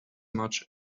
much